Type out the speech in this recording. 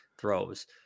throws